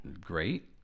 great